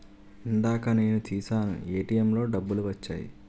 ఇందాక నేను తీశాను ఏటీఎంలో డబ్బులు వచ్చాయి